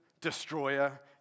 destroyer